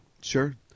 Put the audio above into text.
sure